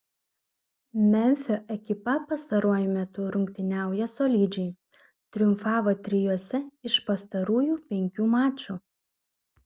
memfio ekipa pastaruoju metu rungtyniauja solidžiai triumfavo trijuose iš pastarųjų penkių mačų